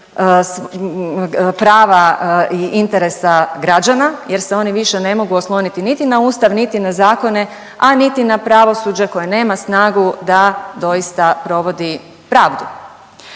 prava i interesa građana jer se oni više ne mogu osloniti niti na Ustav, niti na zakone, a niti na pravosuđe koje nema snagu da doista provodi pravdu.